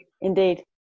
indeed